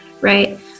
right